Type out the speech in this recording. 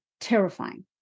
terrifying